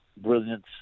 brilliance